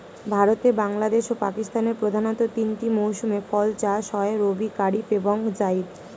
ভারতে, বাংলাদেশ ও পাকিস্তানের প্রধানতঃ তিনটি মৌসুমে ফসল চাষ হয় রবি, কারিফ এবং জাইদ